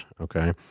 okay